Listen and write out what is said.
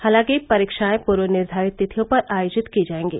हालांकि परीक्षाएं पूर्व निर्धारित तिथियों पर आयोजित की जाएंगी